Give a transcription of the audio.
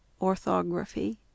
Orthography